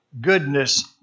goodness